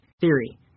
theory